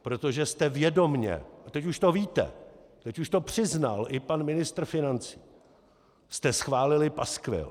Protože jste vědomě, a teď už to víte, teď už to přiznal i pan ministr financí, schválili paskvil!